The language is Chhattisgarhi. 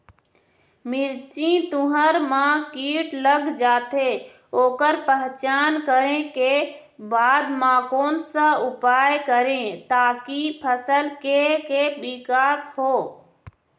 मिर्ची, तुंहर मा कीट लग जाथे ओकर पहचान करें के बाद मा कोन सा उपाय करें ताकि फसल के के विकास हो?